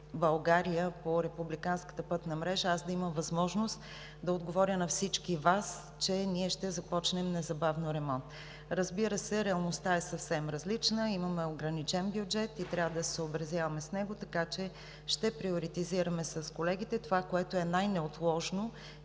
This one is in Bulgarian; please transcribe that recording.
България по републиканската пътна мрежа, аз да имам възможност да отговоря на всички Вас, че ние ще започнем незабавно ремонт. Разбира се, реалността е съвсем различна, имаме ограничен бюджет и трябва да се съобразяваме с него, така че ще приоритизираме с колегите това, което е най-неотложно